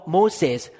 Moses